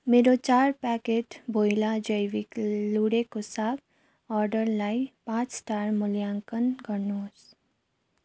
मेरो चार प्याकेट भोइला जैविक लुँडेको साग अर्डरलाई पाँच स्टार मूल्याङ्कन गर्नुहोस्